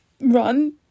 Run